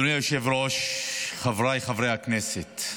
אדוני היושב-ראש, חבריי חברי הכנסת,